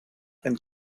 and